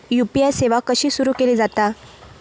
UPI सेवा कशी सुरू केली जाता?